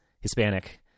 Hispanic